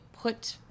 put